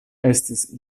estis